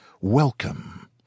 Welcome